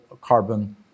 carbon